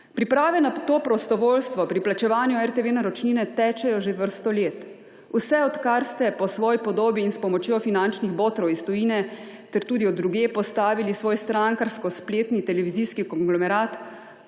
Priprave na to prostovoljstvo pri plačevanju RTV naročnine tečejo že vrsto let, vse odkar ste po svoji podobni in s pomočjo finančnih botrov iz tujine ter tudi od drugje postavili svoj strankarski spletni televizijski konglomerat,